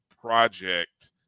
project